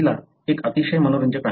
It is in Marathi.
पहिला एक अतिशय मनोरंजक आहे